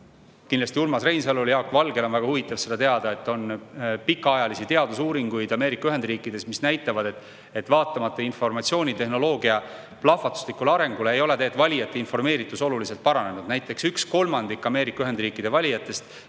kindlasti Urmas Reinsalul ja Jaak Valgel on väga huvitav seda teada – on pikaajalisi teadusuuringuid Ameerika Ühendriikidest, mis näitavad, et vaatamata informatsioonitehnoloogia plahvatuslikule arengule ei ole valijate informeeritus oluliselt paranenud. Näiteks üks kolmandik Ameerika Ühendriikide valijatest